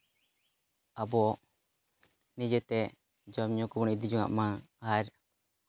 ᱟᱵᱚ ᱱᱤᱡᱮᱛᱮ ᱡᱚᱢ ᱧᱩ ᱠᱚᱵᱚᱱ ᱤᱫᱤ ᱡᱚᱱᱟᱜ ᱢᱟ ᱟᱨ